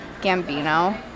Gambino